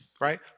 right